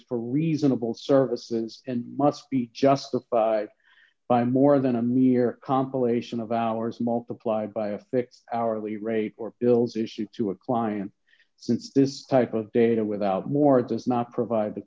for reasonable services and must be justified by more than a mere compilation of hours multiplied by a fixed our rate for bills issued to a client since this type of data without more it does not provide the